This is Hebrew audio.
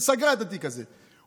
סגרה את התיק הזה,